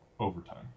overtime